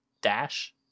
Dash